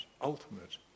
Ultimate